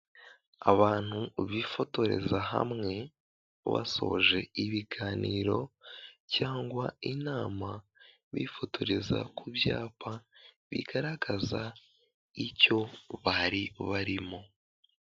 Abantu bifotoreza hamwe basoje ibiganiro, cyangwa inama bifotoreza ku byapa bigaragaza icyo bari barimo.